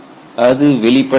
அது வெளிப்படையானது